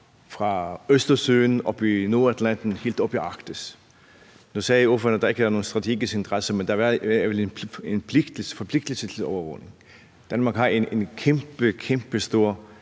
fra Østersøen og op til Nordatlanten og helt op i Arktis? Nu sagde ordføreren, at der ikke er nogen strategisk interesse, men der er vel en forpligtelse til overvågning. Danmark har, kan man